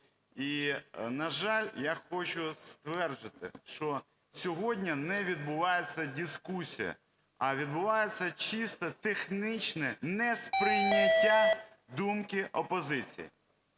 І, на жаль, я хочу стверджувати, що сьогодні не відбувається дискусія, а відбувається чисто технічне несприйняття думки опозицію.